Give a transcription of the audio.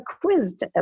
quizzed